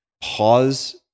pause